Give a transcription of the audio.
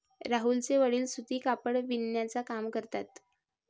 राहुलचे वडील सूती कापड बिनण्याचा काम करतात